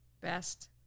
Best